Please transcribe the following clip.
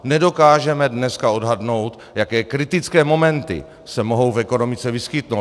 Nedokážeme dneska odhadnout, jaké kritické momenty se mohou v ekonomice vyskytnout.